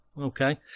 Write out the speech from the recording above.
Okay